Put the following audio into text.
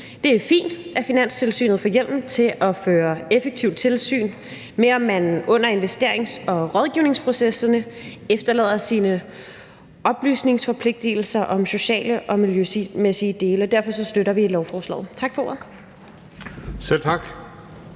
Det er fint, at Finanstilsynet får hjemmel til at føre effektivt tilsyn med, om man under investerings- og rådgivningsprocesserne efterlader sine oplysningsforpligtelser om sociale og miljømæssige dele. Derfor støtter vi lovforslaget.